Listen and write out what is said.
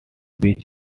beach